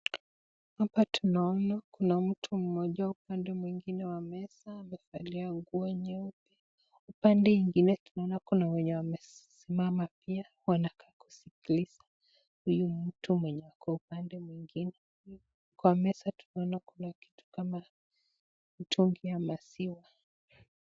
Hapa tunaona kuna mtu mmoja upande mwingine wa meza amevalia nguo nyeupe. Upande ingine tunaona kuna wenye wamesimama pia wanakaa kusikiliza huyu mtu mwenye ako upande mwingine wa meza. Kwa meza tunaona kuna kitu kama mtungi ya maziwa.